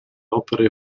opere